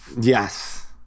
Yes